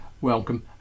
welcome